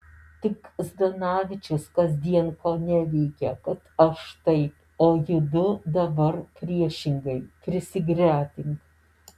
tik zdanavičius kasdien koneveikia kad aš taip o judu dabar priešingai prisigretink